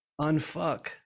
unfuck